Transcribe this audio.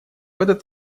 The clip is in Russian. этот